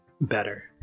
better